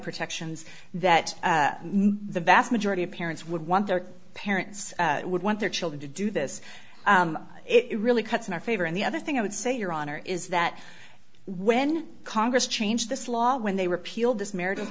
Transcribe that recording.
protections that the vast majority of parents would want their parents would want their children to do this it really cuts in our favor and the other thing i would say your honor is that when congress changed this law when they repealed this marital